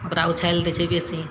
ओकरा उछालि दै छै बेसी